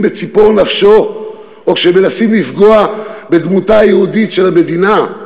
בציפור נפשו או כשמנסים לפגוע בדמותה היהודית של המדינה,